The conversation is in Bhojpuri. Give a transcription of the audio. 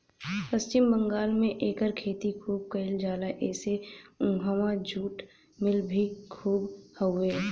पश्चिम बंगाल में एकर खेती खूब कइल जाला एसे उहाँ जुट मिल भी खूब हउवे